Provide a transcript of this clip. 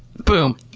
boom!